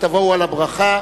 ותבואו על הברכה.